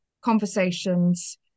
conversations